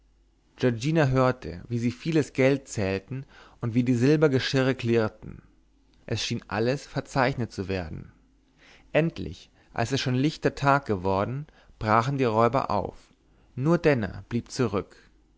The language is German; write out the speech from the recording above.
giorgina hörte wie sie vieles geld zählten und wie die silbergeschirre klirrten es schien alles verzeichnet zu werden endlich als es schon lichter tag geworden brachen die räuber auf nur denner blieb zurück